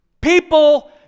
People